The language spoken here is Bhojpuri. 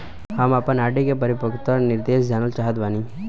हम आपन आर.डी के परिपक्वता निर्देश जानल चाहत बानी